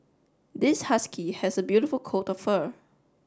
this husky has a beautiful coat of fur